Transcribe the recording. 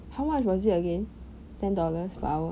how much was it again ten dollars per hour